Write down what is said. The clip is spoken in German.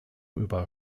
über